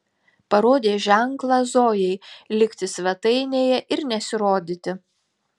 parodė ženklą zojai likti svetainėje ir nesirodyti